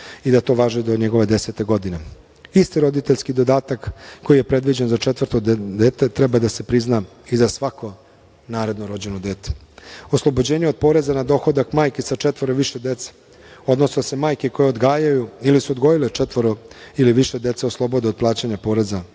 i da to važi do njegove desete godine. Isti roditeljski dodatak koji je predviđen za četvrto dete treba da se prizna i za svako naredno rođeno dete. Takoše, oslobođenje od poreza na dohodak majke sa četvoro i više dece, odnosno da se majke koje odgajaju ili su odgojile četvoro ili više dece oslobode od plaćanja poreza